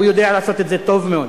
הוא יודע לעשות את זה טוב מאוד.